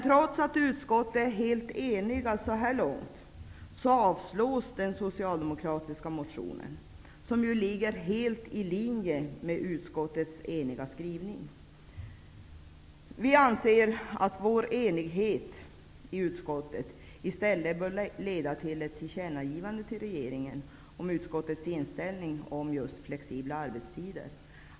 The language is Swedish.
Trots att utskottet så här långt är enigt, avstyrker man den socialdemokratiska motionen, som ju ligger helt i linje med utskottets skrivning. Vi socialdemokrater anser att utskottets enighet bör föranleda ett tillkännagivande till regering om utskottets inställning till flexibla arbetstider.